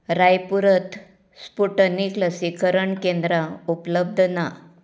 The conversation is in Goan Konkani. रायपूरांत स्पुटनिक लसीकरण केंद्रां उपलब्ध ना